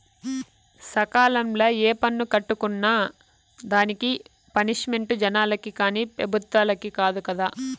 సకాలంల ఏ పన్ను కట్టుకున్నా దానికి పనిష్మెంటు జనాలకి కానీ పెబుత్వలకి కాదు కదా